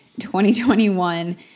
2021